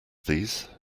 these